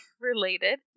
related